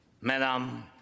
Madam